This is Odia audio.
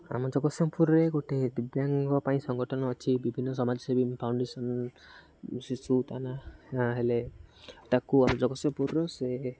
ଆମ ଜଗତସିଂପୁରରେ ଗୋଟେ ଦିବ୍ୟାଙ୍ଗ ପାଇଁ ସଂଗଠନ ଅଛି ବିଭିନ୍ନ ସମାଜସେବୀ ଫାଉଣ୍ଡେସନ୍ ଶିଶୁ ତା ନାଁ ହେଲେ ତାକୁ ଆମ ଜଗତସିଂହପୁରର ସେ